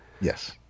yes